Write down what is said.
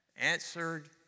answered